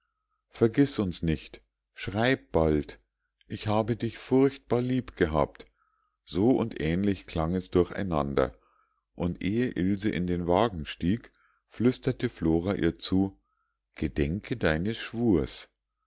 vergiß uns nicht schreib bald ich habe dich furchtbar lieb gehabt so und ähnlich klang es durcheinander und ehe ilse in den wagen stieg flüsterte flora ihr zu gedenke deines schwurs